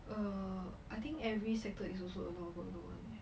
err I think every sector is also a lot of work load [one] leh